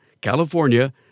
California